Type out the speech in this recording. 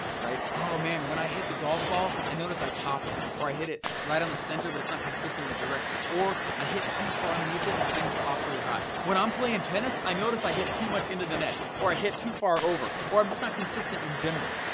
oh man, when i hit the golf ball, i notice i top it, or i hit it right on the center, but it's not consistent with direction, or i hit too far underneath it and the thing pops really high. when i'm playing tennis, i notice i hit too much into the net, or i hit too far over, or i'm just not consistent in general.